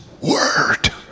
word